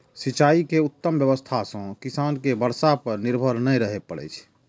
सिंचाइ के उत्तम व्यवस्था सं किसान कें बर्षा पर निर्भर नै रहय पड़ै छै